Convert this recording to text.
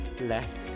left